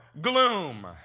gloom